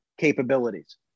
capabilities